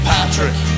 Patrick